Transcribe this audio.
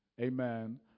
Amen